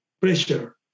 pressure